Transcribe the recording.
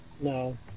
No